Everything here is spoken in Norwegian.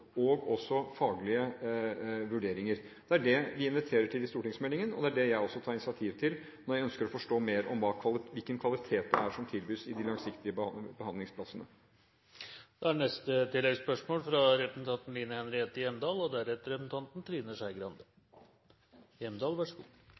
og faglige vurderinger. Det er det vi inviterer til i stortingsmeldingen, og det er det jeg også tar initiativ til når jeg ønsker å forstå mer om hvilken kvalitet som tilbys i de langsiktige behandlingsplassene. Line Henriette Hjemdal – til oppfølgingsspørsmål. Jeg er enig med statsråden i at vi skal ha ydmykhet når vi snakker om rusbehandling og